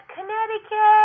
Connecticut